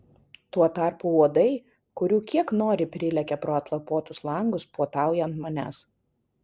tuo tarpu uodai kurių kiek nori prilekia pro atlapotus langus puotauja ant manęs